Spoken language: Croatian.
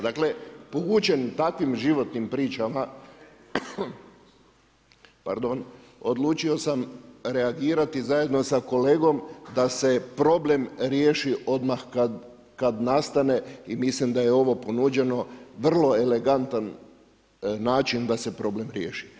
Dakle poučen takvim životnim pričama odlučio sam reagirati zajedno sa kolegom da se problem riješi odmah kad nastane i mislim da je ovo ponuđeno vrlo elegantan način da se problem riješi.